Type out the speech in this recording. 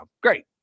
great